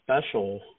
special